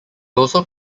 also